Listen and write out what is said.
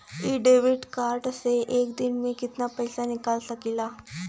इ debit card से एक दिन मे कितना पैसा निकाल सकत हई?